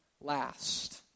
last